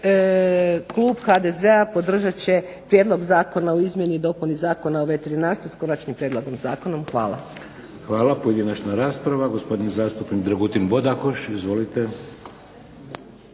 Klub HDZ-a podržat će Prijedlog zakona o izmjeni i dopuni Zakona o veterinarstvu, s konačnim prijedlogom zakona. Hvala. **Šeks, Vladimir (HDZ)** Hvala. Pojedinačna rasprava. Gospodin zastupnik Dragutin Bodakoš, izvolite.